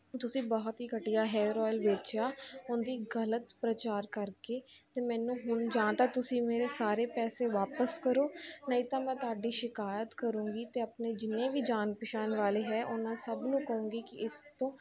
ਤੁਸੀਂ ਬਹੁਤ ਹੀ ਘਟੀਆ ਹੇਅਰ ਆਇਲ ਵੇਚਿਆ ਉਹਨਾਂ ਦੀ ਗਲਤ ਪ੍ਰਚਾਰ ਕਰਕੇ ਅਤੇ ਮੈਨੂੰ ਹੁਣ ਜਾਂ ਤਾਂ ਤੁਸੀਂ ਮੇਰੇ ਸਾਰੇ ਪੈਸੇ ਵਾਪਿਸ ਕਰੋ ਨਹੀਂ ਤਾਂ ਮੈਂ ਤੁਹਾਡੀ ਸ਼ਿਕਾਇਤ ਕਰਾਂਗੀ ਅਤੇ ਆਪਣੇ ਜਿੰਨੇ ਵੀ ਜਾਣ ਪਹਿਚਾਣ ਵਾਲੇ ਹੈ ਉਹਨਾਂ ਸਭ ਨੂੰ ਕਹੂੰਗੀ ਕਿ ਇਸ ਤੋਂ